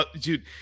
dude